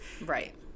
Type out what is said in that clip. Right